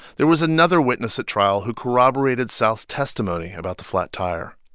there was another witness at trial who corroborated south's testimony about the flat tire.